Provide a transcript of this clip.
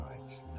right